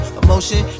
emotion